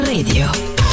Radio